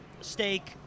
steak